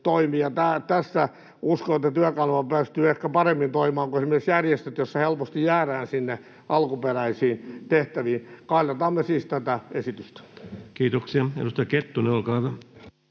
ja uskon, että tässä Työkanava pystyy ehkä paremmin toimimaan kuin esimerkiksi järjestöt, joissa helposti jäädään sinne alkuperäisiin tehtäviin. Kannatamme siis tätä esitystä. [Speech 76] Speaker: